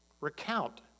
recount